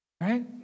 right